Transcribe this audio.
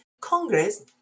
Congress